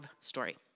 story